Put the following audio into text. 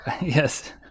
Yes